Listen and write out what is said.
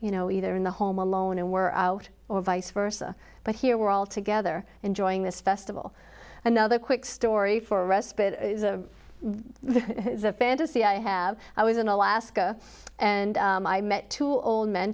you know either in the home alone and were out or vice versa but here we're all together enjoying this festival another quick story for respite is a fantasy i have i was in alaska and i met two old men